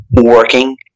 working